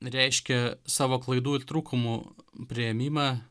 reiškia savo klaidų ir trūkumų priėmimą